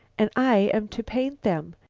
and i am to paint them!